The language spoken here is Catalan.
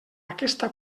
aquesta